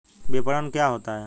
विपणन क्या होता है?